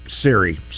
Siri